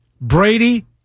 Brady